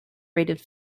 rated